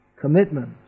commitment